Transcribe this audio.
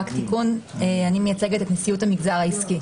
אני מייצגת את נשיאות המגזר העסקי.